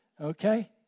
okay